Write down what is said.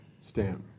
stamp